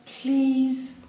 Please